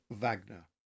Wagner